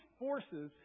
forces